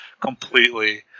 completely